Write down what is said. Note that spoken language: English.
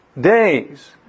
days